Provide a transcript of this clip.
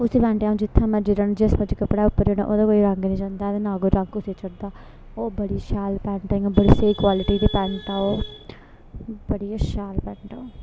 उसी पैंटे आ'ऊं जित्थे मर्जी रेड़ां जिस मर्जी कपड़े उप्पर रेड़ां ओह्दा कोई रंग नी जंदा ऐ ते नां गै रंग कुसै चढ़दा ओह् बड़ी शैैल पैंट ऐ इ'यां बड़ी स्हेई क्वालटी दी पैंट ऐ ओह् बड़ी गै शैल पैंट ऐ ओह्